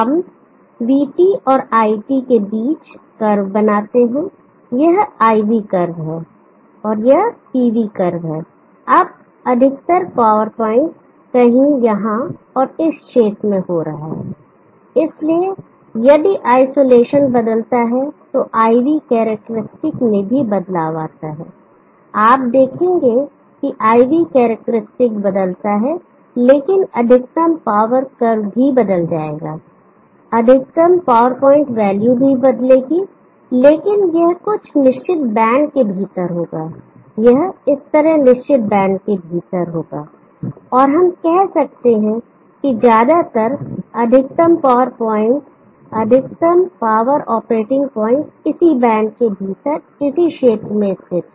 हम vT एवं iT के बीच कर्व बनाते हैं यह IV कर्व है और यह PV कर्व है अब अधिकतम पावर पॉइंट कहीं यहां और इस क्षेत्र में हो रहा है इसलिए यदि आइसोलेशन बदलता है तो IV करैक्टेरिस्टिक मैं भी बदलाव आता है आप देखेंगे की IV करैक्टेरिस्टिक बदलता है लेकिन अधिकतम पावर कर्व भी बदल जाएगा अधिकतम पावर पॉइंट वैल्यू भी बदलेगी लेकिन यह कुछ निश्चित बैंड के भीतर होगा यह इस तरह निश्चित बैंड के भीतर होगा और हम कह सकते हैं की ज्यादातर अधिकतम पावर पॉइंट अधिकतम पावर ऑपरेटिंग पॉइंट इसी बैंड के भीतर ही इस क्षेत्र में स्थित है